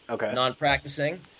non-practicing